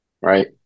right